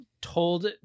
Told